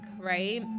right